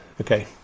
Okay